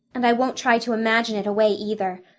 and i won't try to imagine it away, either.